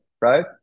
Right